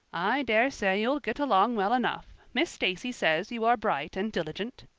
i dare say you'll get along well enough. miss stacy says you are bright and diligent.